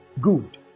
Good